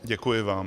Děkuji vám.